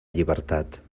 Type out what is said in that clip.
llibertat